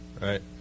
right